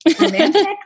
romantic